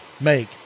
make